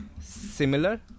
similar